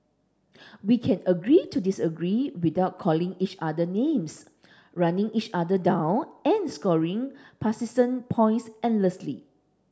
we can agree to disagree without calling each other names running each other down and scoring partisan points endlessly